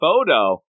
photo